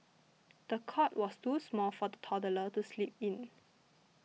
the cot was too small for the toddler to sleep in